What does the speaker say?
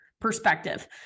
perspective